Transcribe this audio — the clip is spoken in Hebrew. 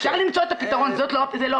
אפשר למצוא את הפתרון, זה לא הפתרון.